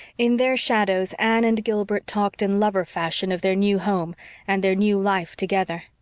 in their shadows anne and gilbert talked in lover-fashion of their new home and their new life together.